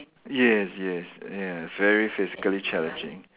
yes yes yeah very physically challenging